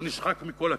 שהוא נשחק מכל הכיוונים.